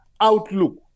outlook